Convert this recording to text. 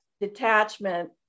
detachment